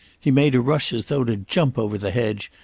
he made a rush as though to jump over the hedge,